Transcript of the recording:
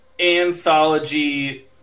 anthology